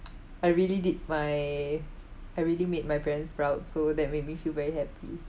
I really did my I really made my parents proud so that made me feel very happy